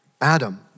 Adam